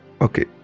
okay